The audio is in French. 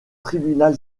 tribunal